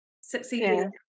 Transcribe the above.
succeeding